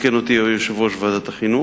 יתקן אותי יושב-ראש ועדת החינוך,